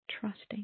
trusting